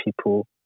people